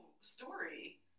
story